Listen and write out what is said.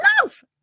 love